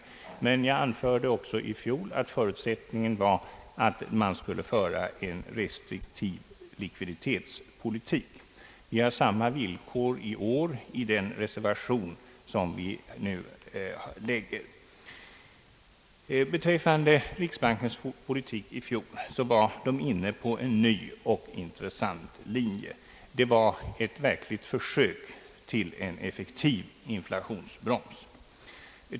Men jag anförde också i fjol att förutsättningen var att man skulle föra en restriktiv likviditetspolitik. Vi har samma villkor i år i den reservation som vi nu lagt fram. Beträffande riksbankens politik i fjol var man inne på en ny och intressant linje. Det var ett verkligt försök till en effektiv inflationsbroms.